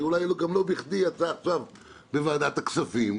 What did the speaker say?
והיא אולי גם לא בכדי יצאה עכשיו בוועדת הכספים,